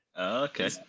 Okay